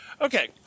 Okay